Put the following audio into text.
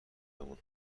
بمون